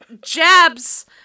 jabs